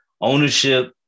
Ownership